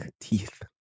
Teeth